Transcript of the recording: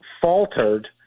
faltered